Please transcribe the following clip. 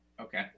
Okay